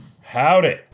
Howdy